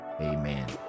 Amen